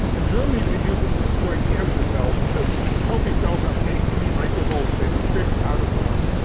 in germany, they use it to destroy cancer cells because healthy cells have eighty microvolts and they have a thick outer cell.